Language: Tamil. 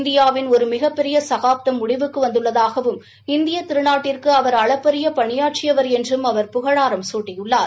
இந்தியாவின் ஒரு மிகப்பெரிய சகாப்தம் முடிவுக்கு வந்துள்ளதாகவும் இந்திய திருநாட்டிற்கு அவர் அளப்பரிய பணியாற்றியவர் என்றும் அவர் புகழாரம் சூட்டியுள்ளார்